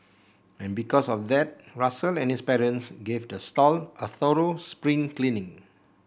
and because of that Russell and his parents gave the stall a thorough spring cleaning